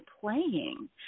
playing